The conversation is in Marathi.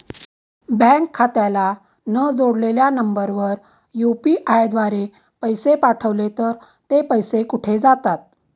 बँक खात्याला न जोडलेल्या नंबरवर यु.पी.आय द्वारे पैसे पाठवले तर ते पैसे कुठे जातात?